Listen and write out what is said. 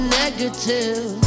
negative